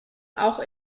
auch